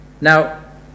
now